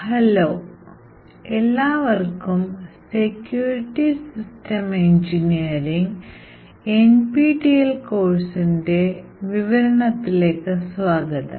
hello എല്ലാവർക്കും security system engineering NPTEL കോഴ്സ്ഇൻറെ വിവരണത്തിലേക്ക് സ്വാഗതം